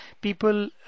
people